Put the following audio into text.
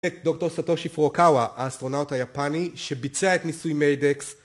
Dr. Satoshi Furukawa, האסטרונאוט היפני שביצע את ניסוי מיידקס